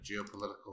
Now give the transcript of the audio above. geopolitical